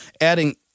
adding